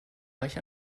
reich